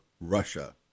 Russia